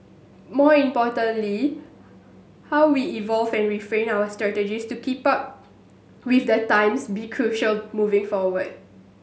more importantly how we evolve and refine our strategies to keep up with the times be crucial moving forward